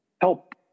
help